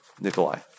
Nikolai